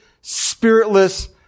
spiritless